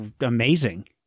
amazing